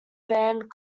band